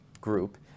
group